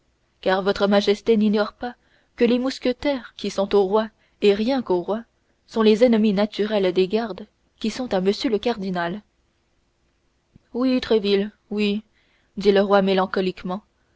car votre majesté n'ignore pas que les mousquetaires qui sont au roi et rien qu'au roi sont les ennemis naturels des gardes qui sont à m le cardinal oui tréville oui dit le roi mélancoliquement